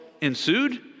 ensued